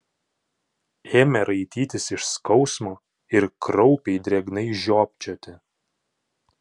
ėmė raitytis iš skausmo ir kraupiai drėgnai žiopčioti